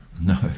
No